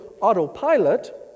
autopilot